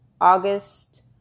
august